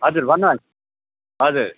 हजुर भन्नुहोस् हजुर